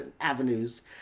avenues